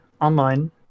online